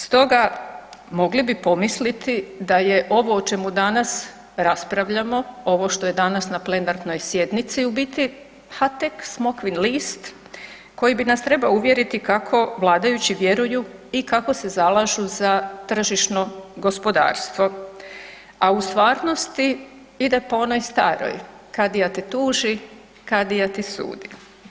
Stoga mogli bi pomisliti da je ovo o čemu danas raspravljamo, ovo što je danas na plenarnoj sjednici, u biti, ha tek smokvin list koji bi nas trebao uvjeriti kako vladajući vjeruju i kako se zalažu za tržišno gospodarstvo, a u stvarnosti ide po onoj staroj, kadija te tuši, kadija ti sudi.